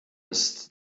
ist